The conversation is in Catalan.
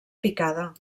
picada